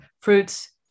fruits